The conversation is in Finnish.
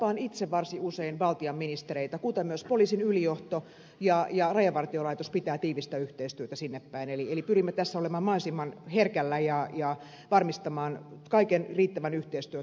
tapaan itse varsin usein baltian ministereitä kuten myös poliisin ylijohto ja rajavartiolaitos pitävät tiiviisti yhteyttä sinne päin eli pyrimme tässä olemaan mahdollisimman herkkinä ja varmistamaan kaiken riittävän yhteistyön tältä osin